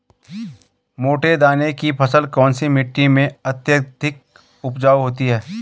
मोटे दाने की फसल कौन सी मिट्टी में अत्यधिक उपजाऊ होती है?